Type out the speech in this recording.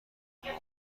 موقعیت